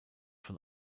von